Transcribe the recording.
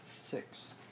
six